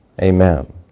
Amen